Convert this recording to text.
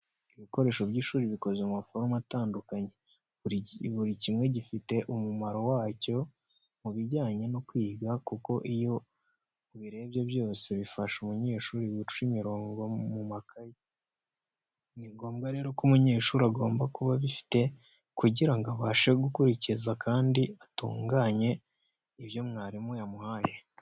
Ibikoresho by'ishuri bikoze mu maforume atandukanye, buri kimwe gifite umumaro wacyo mubijyanye no kwiga, kuko iyo ubirebye byose bifasha umunyeshuri guca imirongo mu makayi. Ni ngombwa rero ko umunyeshuri agomba kuba abifite kugira ngo abashe gukurikiza kandi atunganye ibyo mwarimu yamuhaye.